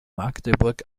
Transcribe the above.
magdeburg